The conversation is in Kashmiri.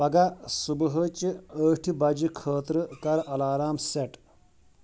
پگہہ صبحٲچہِ ٲٹھِ بجہِ خٲطرٕ کر الارام سیٹ